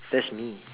that's me